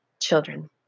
children